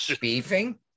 Beefing